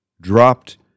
dropped